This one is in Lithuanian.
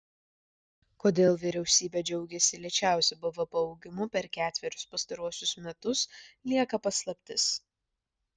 kodėl vyriausybė džiaugiasi lėčiausiu bvp augimu per ketverius pastaruosius metus lieka paslaptis